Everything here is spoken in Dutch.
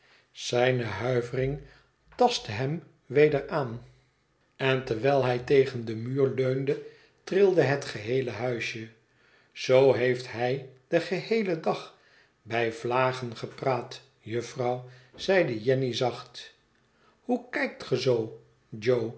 zijne huivering tastte hem weder aan en terwijl hij tegen den muur leunde trilde het geheele huisje zoo heeft hij den geheelen dag bij vlagen gepraat jufvrouw zeide jenny zacht hoe kijkt ge zoo